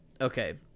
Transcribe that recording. okay